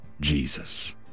Jesus